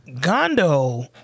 Gondo